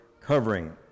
covering